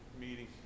meeting